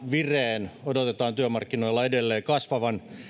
vireen odotetaan työmarkkinoilla edelleen kasvavan